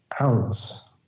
ounce